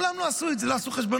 מעולם לא עשו את זה, לא עשו חשבונות.